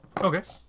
Okay